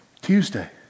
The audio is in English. Tuesday